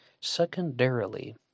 Secondarily